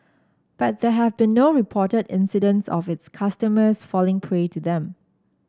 but there have been no reported incidents of its customers falling prey to them